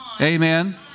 Amen